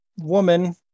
woman